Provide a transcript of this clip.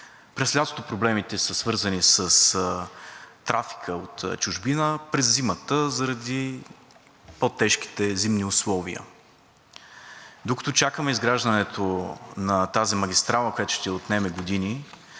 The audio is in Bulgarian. През лятото проблемите са свързани с трафика от чужбина, през зимата заради по-тежките зимни условия. Докато чакаме изграждането на тази магистрала, което ще отнеме години,